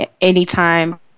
anytime